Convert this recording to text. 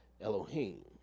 Elohim